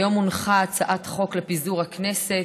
היום הונחה הצעת חוק לפיזור הכנסת.